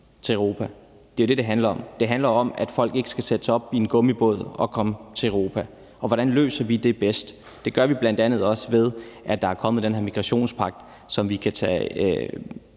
til Europa. Det er jo det, det handler om. Det handler om, at folk ikke skal sætte sig op i en gummibåd og komme til Europa. Og hvordan løser vi det bedst? Det gør vi bl.a. også, ved at der er kommet den her migrationspagt, som vi kan få